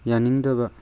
ꯌꯥꯅꯤꯡꯗꯕ